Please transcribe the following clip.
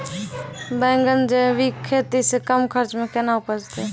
बैंगन जैविक खेती से कम खर्च मे कैना उपजते?